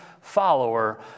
follower